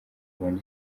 ubona